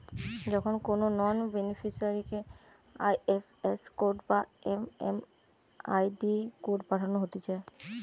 যখন কোনো নন বেনিফিসারিকে আই.এফ.এস কোড বা এম.এম.আই.ডি কোড পাঠানো হতিছে